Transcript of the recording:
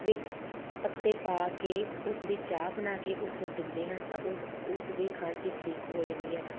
ਵਿੱਚ ਪੱਤੇ ਪਾ ਕੇ ਉਸਦੀ ਚਾਹ ਬਣਾ ਕੇ ਉਸਨੂੰ ਦਿੰਦੇ ਹਨ ਤਾਂ ਉਸ ਉਸ ਦੀ ਖਾਂਸੀ ਠੀਕ ਹੋ ਜਾਂਦੀ ਹੈ